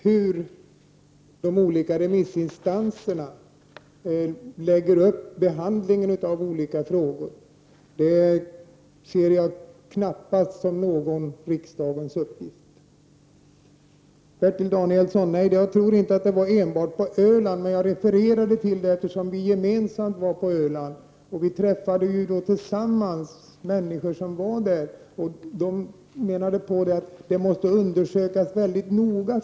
Hur de olika remissinstanserna lägger upp behandlingen av skilda frågor ser jag knappast som riksdagens uppgift att lägga sig i. Till Bertil Danielsson vill jag säga att det inte bara gällde Öland, men jag refererade till situationen där eftersom vi gemensamt hade varit där. Vi träffade människor som menade att saken måste undersökas mycket noga.